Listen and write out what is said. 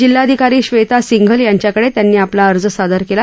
जिल्हाधिकारी ब्वेता सिंघल यांच्याकडे त्यांनी आपला अर्ज सादर केला